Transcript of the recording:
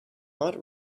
hot